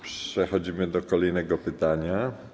Przechodzimy do kolejnego pytania.